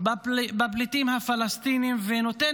ארגון אונר"א מטפל בפליטים הפלסטינים ונותן